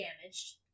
damaged